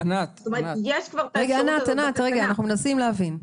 ענת, אנחנו מנסים להבין.